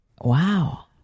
Wow